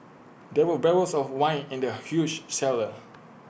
there were barrels of wine in the huge cellar